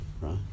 right